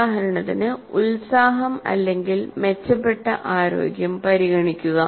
ഉദാഹരണത്തിന് ഉത്സാഹം അല്ലെങ്കിൽ മെച്ചപ്പെട്ട ആരോഗ്യം പരിഗണിക്കുക